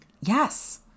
Yes